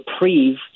reprieve